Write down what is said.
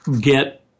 get